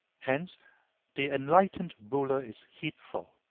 hence the enlightened ruler is heedful,